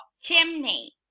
chimney